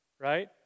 right